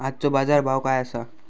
आजचो बाजार भाव काय आसा?